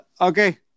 Okay